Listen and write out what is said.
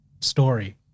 story